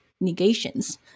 negations